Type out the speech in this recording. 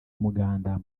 umuganda